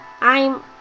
I'm-